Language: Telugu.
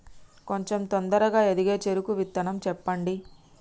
కొంచం తొందరగా ఎదిగే చెరుకు విత్తనం చెప్పండి?